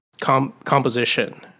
composition